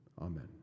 Amen